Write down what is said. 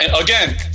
Again